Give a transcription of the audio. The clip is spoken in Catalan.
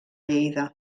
lleida